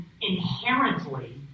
inherently